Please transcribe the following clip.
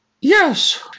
Yes